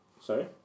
sorry